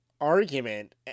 argument